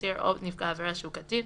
אסיר או נפגע עבירה שהוא קטין,